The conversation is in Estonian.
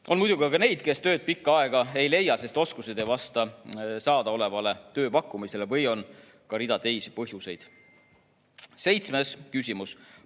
On muidugi ka neid, kes pikka aega tööd ei leia, sest oskused ei vasta saadaolevale tööpakkumisele või on teised põhjused. Seitsmes küsimus: